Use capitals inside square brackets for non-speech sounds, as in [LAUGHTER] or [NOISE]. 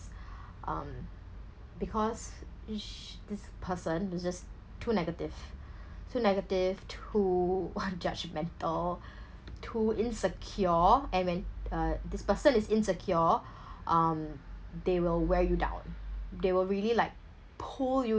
[BREATH] um because which this person is just too negative too negative too uh judgmental [BREATH] too insecure and when uh this person is insecure [BREATH] um they will wear you down they will really like pull you